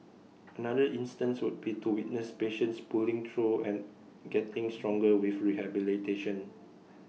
another instance would be to witness patients pulling through and getting stronger with rehabilitation